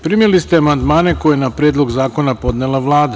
Primili ste amandmane koje je na Predlog zakona podnela Vlada.